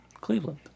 Cleveland